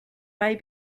may